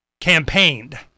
campaigned